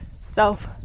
self